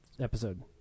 episode